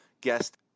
guest